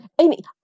Amy